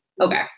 Okay